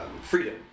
freedom